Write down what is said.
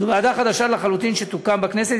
זו ועדה חדשה לחלוטין שתוקם בכנסת.